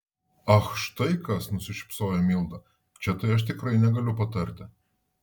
ach štai kas nusišypsojo milda čia tai aš tikrai negaliu patarti